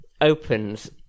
opens